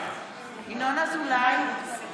ינון אזולאי,